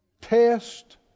Test